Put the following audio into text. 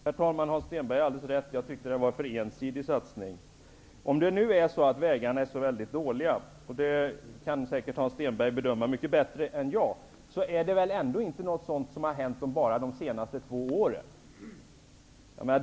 Herr talman! Hans Stenberg har alldeles rätt. Jag tyckte att det var en för ensidig satsning. Om vägarna nu är så väldigt dåliga -- det kan Hans Stenberg säkert bedöma mycket bättre än jag -- är det väl ändå inte någonting som har inträffat under de senaste två åren.